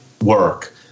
work